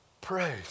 Praise